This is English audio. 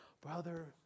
brother